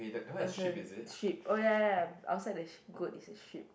as in sheep oh ya ya outside the sh~ goat is the sheep